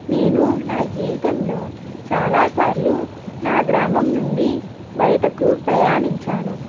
నేను నా జీవితంలో చాలా సార్లు నా గ్రామం నుండి బయటకు ప్రయాణించాను